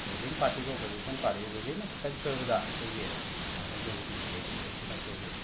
ruling ꯄꯥꯔꯇꯤꯒ opposition ꯄꯥꯔꯇꯤꯒ ꯔꯨꯂꯤꯡꯅ ꯈꯤꯇꯪ ꯁꯣꯏꯕꯗ ꯑꯩꯈꯣꯏꯒꯤ ꯊꯥꯡꯃꯩꯕꯟꯒꯤ ꯖꯣꯏꯀꯤꯁꯟꯁꯤꯅ ꯑꯩꯈꯣꯏꯒꯤ